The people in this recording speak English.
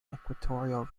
equatorial